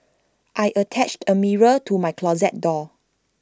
I attached A mirror to my closet door